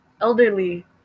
elderly